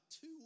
two